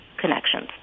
connections